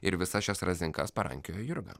ir visas šias razinkas parankiojo jurga